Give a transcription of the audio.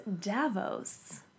Davos